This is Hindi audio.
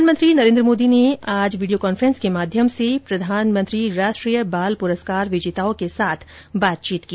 प्रधानमंत्री नरेन्द्र मोदी ने आज वीडियो कांफ्रेन्स के माध्यम से प्रधानमंत्री राष्ट्रीय बाल पुरस्कार विजेताओं के साथ बातचीत की